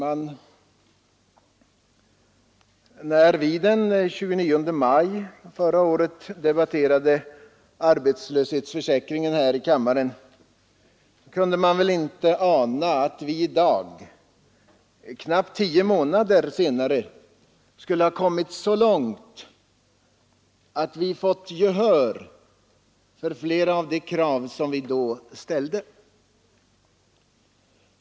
Herr talman! När vi den 29 maj förra året debatterade arbetslöshetsförsäkringen här i kammaren kunde man väl inte ana att vi i dag, knappt tio månader senare, skulle ha kommit så långt att vi i folkpartiet fått gehör för de krav vi då ställde.